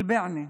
אלבענה,